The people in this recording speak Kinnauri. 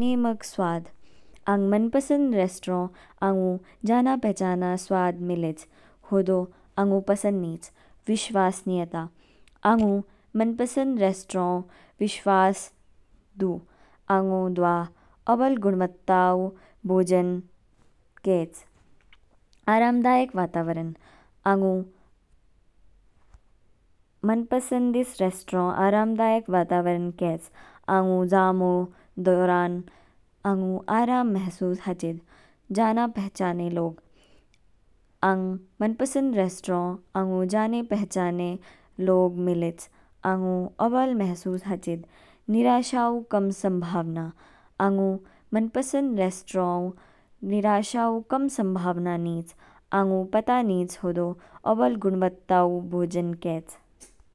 नेमग स्वाद, आंग मनपसंद रेस्टोरेंट आंगू जाना पहचाना स्वाद मिल्याच, हो दो आंगू पसंद नीच। विश्वासनियता, आंगू मनपसंद रेस्टोरेंट विश्वास दू, आंगू दवा अवल गुणवत्ता उ भोजन केच। आरामदायक वातावरण, आंगू मनपसंद इस रेस्टोरेंट आरामदायक वातावरण केच, आंगू ज़ामू दौरान आंगू आराम महसूस हाचिद। जाना पहचाना लोग, आंग मनपसंद रेस्टोरेंट आंगू जाने पहचाने लोग मिल्येच, आंगू ओवल महसूस हाचिद। निराशा उ कम संभावना, आंगू मनपसंद रेस्टोरेंट निराशा उ कम संभावना नीच, आंगू पता नीच हो दो अवल गुणवत्ता उ भोजन केच।